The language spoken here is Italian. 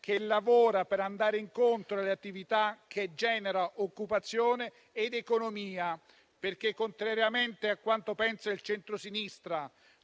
che lavora per andare incontro alle attività che generano occupazione ed economia, perché, contrariamente a quanto pensano il centrosinistra